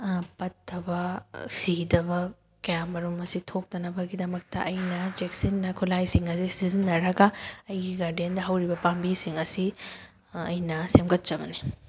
ꯄꯠꯇꯕ ꯁꯤꯗꯕ ꯀꯌꯥ ꯃꯔꯨꯝ ꯑꯁꯤ ꯊꯣꯛꯇꯅꯕꯒꯤꯗꯃꯛꯇ ꯑꯩꯅ ꯆꯦꯛꯁꯤꯟꯅ ꯈꯨꯠꯂꯥꯏꯁꯤꯡ ꯑꯁꯤ ꯁꯤꯖꯤꯟꯅꯔꯒ ꯑꯩꯒꯤ ꯒꯥꯔꯗꯦꯟꯗ ꯍꯧꯔꯤꯕ ꯄꯥꯝꯕꯤꯁꯤꯡ ꯑꯁꯤ ꯑꯩꯅ ꯁꯦꯝꯒꯠꯆꯕꯅꯤ